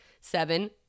Seven